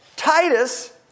Titus